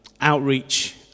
outreach